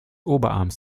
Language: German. oberarms